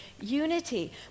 unity